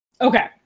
Okay